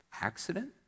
accident